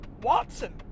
Watson